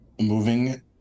moving